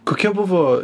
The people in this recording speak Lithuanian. kokia buvo